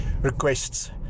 requests